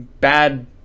bad